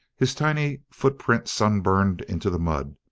his tiny footprint sun-burned into the mud,